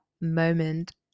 moment